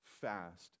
fast